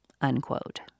unquote